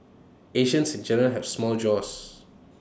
Asians in general have small jaws